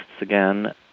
again